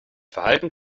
verhalten